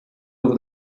over